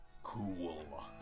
Cool